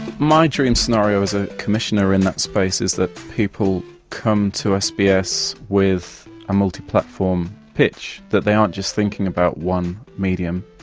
my dream scenario as a and commissioner in that space is that people come to sbs with a multi-platform pitch, that they aren't just thinking about one medium.